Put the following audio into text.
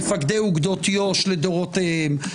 מפקדי אוגדות יו"ש לדורותיהם,